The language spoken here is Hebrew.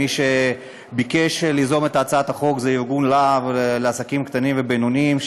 מי שביקש ליזום את הצעת החוק זה ארגון "להב" לעסקים קטנים ובינוניים,